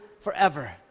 forever